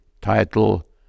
title